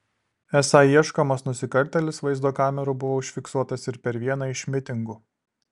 esą ieškomas nusikaltėlis vaizdo kamerų buvo užfiksuotas ir per vieną iš mitingų